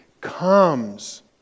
comes